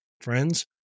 friends